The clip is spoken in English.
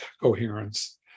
coherence